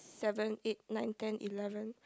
seven eight nine ten eleven